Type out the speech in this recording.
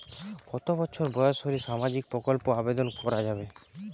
কত বছর বয়স হলে সামাজিক প্রকল্পর আবেদন করযাবে?